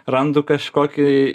randu kažkokį